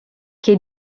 che